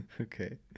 Okay